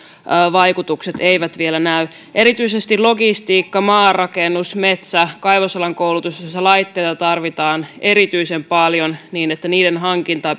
vaikutukset eivät vielä näy erityisesti logistiikka maarakennus metsä ja kaivosalan koulutuksessa laitteita tarvitaan erityisen paljon ja niiden hankintaa